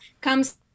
comes